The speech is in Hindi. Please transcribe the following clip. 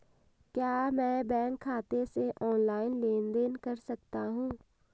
क्या मैं बैंक खाते से ऑनलाइन लेनदेन कर सकता हूं?